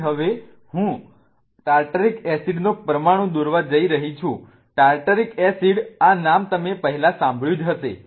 તેથી હું હવે ટાર્ટરિક એસિડ નો પરમાણુ દોરવા જઈ રહી છું ટાર્ટરિક એસિડ આ નામ તમે પહેલા સાંભળ્યું જ હશે